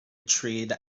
trade